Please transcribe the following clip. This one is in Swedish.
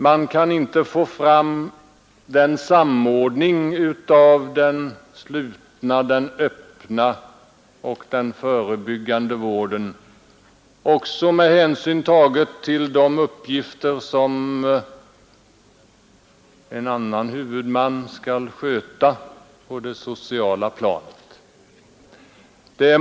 Det går inte att få fram en samordning av den slutna, den öppna och den förebyggande vården, med hänsyn tagen också till de uppgifter som en annan huvudman skall sköta på det sociala planet.